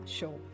Show